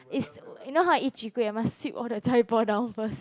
is you know how I eat chwee-kueh I must sweep all the chai-poh down first